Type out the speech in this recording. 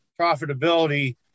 profitability